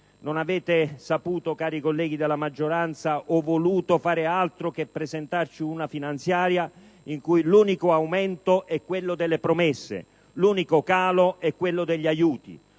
cautela. Cari colleghi della maggioranza, non avete saputo o voluto fare altro che presentarci una finanziaria in cui l'unico aumento è quello delle promesse, l'unico calo è quello degli aiuti.